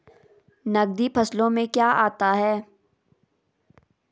नकदी फसलों में क्या आता है?